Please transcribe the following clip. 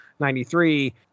93